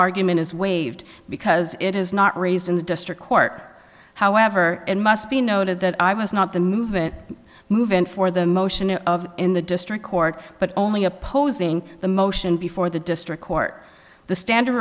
argument is waived because it is not raised in the district court however and must be noted that i was not the movement move in for the motion of in the district court but only opposing the motion before the district court the standard